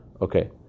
Okay